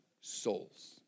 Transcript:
souls